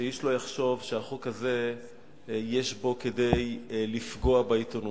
שאיש לא יחשוב שהחוק הזה יש בו כדי לפגוע בעיתונות.